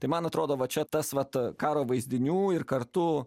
tai man atrodo va čia tas vat karo vaizdinių ir kartu